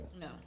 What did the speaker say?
No